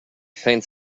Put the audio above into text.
feigned